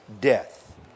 death